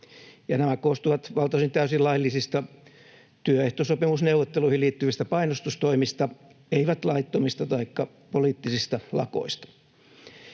nämä koostuvat valtaosin täysin laillisista työehtosopimusneuvotteluihin liittyvistä painostustoimista, eivät laittomista taikka poliittisista lakoista.